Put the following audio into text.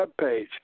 webpage